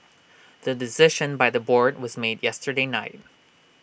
the decision by the board was made yesterday night